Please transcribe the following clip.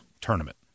tournament